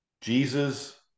jesus